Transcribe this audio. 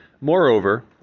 Moreover